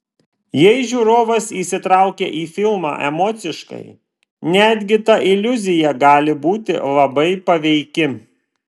jei žiūrovas įsitraukia į filmą emociškai netgi ta iliuzija gali būti labai paveiki